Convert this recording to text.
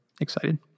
excited